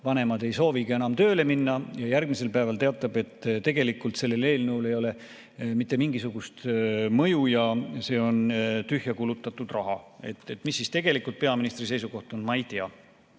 vanemad ei soovigi enam tööle minna, ja järgmisel päeval teatab, et tegelikult sellel eelnõul ei ole mitte mingisugust mõju ja see on tühja kulutatud raha. Mis siis tegelikult peaministri seisukoht on, ma ei tea.